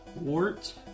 Wart